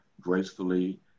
gracefully